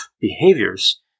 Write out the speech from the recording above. behaviors